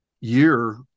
year